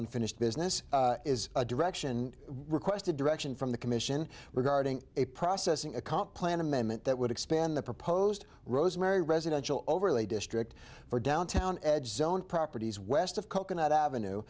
unfinished business is a direction requested direction from the commission regarding a processing account plan amendment that would expand the proposed rosemary residential overlay district for downtown edge zone properties west of coconut ave